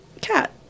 cat